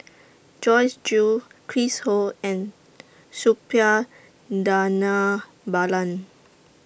Joyce Jue Chris Ho and Suppiah Dhanabalan